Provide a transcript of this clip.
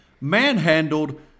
manhandled